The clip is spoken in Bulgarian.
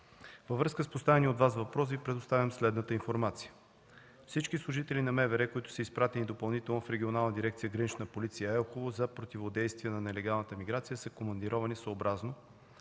във връзка с поставения от Вас въпрос Ви предоставям следната информация. Всички служители на МВР, които са изпратени допълнително в Регионална дирекция „Гранична полиция“ – Елхово, за противодействие на нелегалната емиграция са командировани съобразно